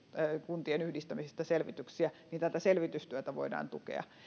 kuntien yhdistämisestä selvityksiä niin tätä selvitystyötä voidaan tukea